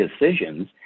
decisions